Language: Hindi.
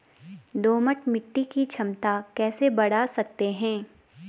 दोमट मिट्टी की क्षमता कैसे बड़ा सकते हैं?